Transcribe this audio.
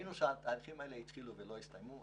אבל התהליכים התחילו ולא הסתיימו.